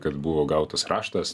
kad buvo gautas raštas